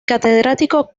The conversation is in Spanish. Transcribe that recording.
catedrático